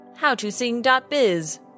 Howtosing.biz